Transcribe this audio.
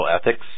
ethics